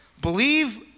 Believe